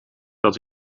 dat